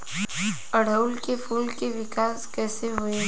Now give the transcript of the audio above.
ओड़ुउल के फूल के विकास कैसे होई?